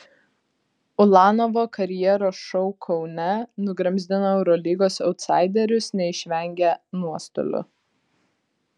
ulanovo karjeros šou kaune nugramzdino eurolygos autsaiderius neišvengė nuostolių